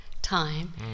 time